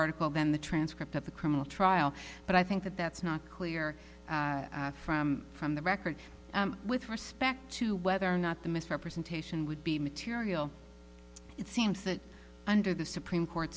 article then the transcript of the criminal trial but i think that that's not clear from from the record with respect to whether or not the misrepresentation would be material it seems that under the supreme court